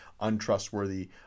untrustworthy